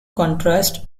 contrast